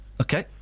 Okay